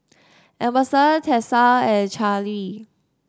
Emerson Tessa and Charly